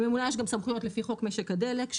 לממונה יש גם סמכויות לפי חוק משק הדלק,